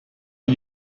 gli